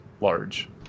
large